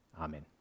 Amen